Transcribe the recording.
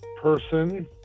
person